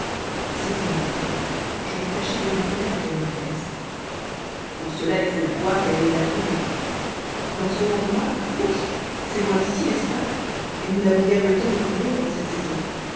c'est dit mon père je vais tâcher de lui plaire et qu'elle me plaise pour cela il faut la voir et aller la trouver dans son endroit a fourche c'est loin d'ici n'est-ce pas et nous n'avons guère le temps de courir dans cette saison